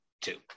two